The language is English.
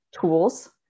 tools